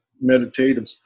meditative